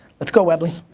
let's go webly.